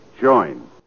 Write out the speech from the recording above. join